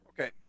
Okay